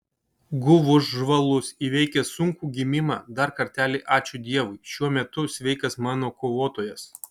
guvus žvalus įveikęs sunkų gimimą dar kartelį ačiū dievui šiuo metu sveikas mano kovotojas